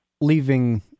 leaving